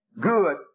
good